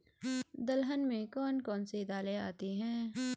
दलहन में कौन कौन सी दालें आती हैं?